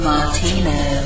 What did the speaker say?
Martino